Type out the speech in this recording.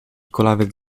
kulawiec